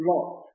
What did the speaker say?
Lot